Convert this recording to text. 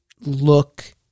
look